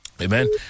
Amen